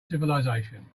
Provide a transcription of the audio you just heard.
civilization